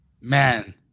Man